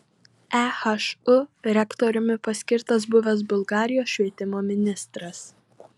ehu rektoriumi paskirtas buvęs bulgarijos švietimo ministras